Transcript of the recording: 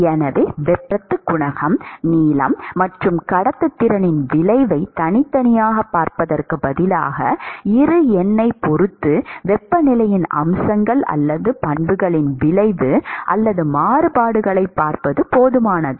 எனவே வெப்பப் போக்குவரத்துக் குணகம் நீளம் மற்றும் கடத்துத்திறனின் விளைவைத் தனித்தனியாகப் பார்ப்பதற்குப் பதிலாக இரு எண்ணைப் பொறுத்து வெப்பநிலையின் அம்சங்கள் அல்லது பண்புகளின் விளைவு அல்லது மாறுபாடுகளைப் பார்ப்பது போதுமானது